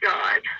God